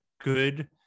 good